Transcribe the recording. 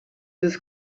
his